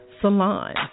Salon